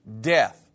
death